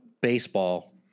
baseball